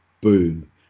boom